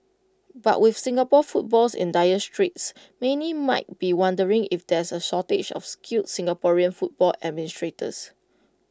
but with Singapore footballs in dire straits many might be wondering if there's A shortage of skilled Singaporean football administrators